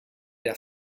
der